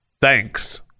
thanks